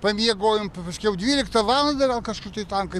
pamiegojom paskiau dvyliktą valandą gal kažkur tai tankai